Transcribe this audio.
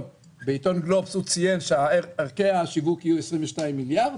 בעיתון "גלובס" הוא ציין שערכי השיווק יהיו 22 מיליארד.